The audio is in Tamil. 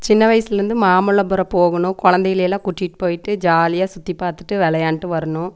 சின்ன வயசுலருந்து மாமல்லபுரம் போகணும் குழந்தைங்கெல்லாம் கூட்டிகிட்டு போயிவிட்டு ஜாலியாக சுற்றி பார்த்துட்டு விளையாண்ட்டு வரணும்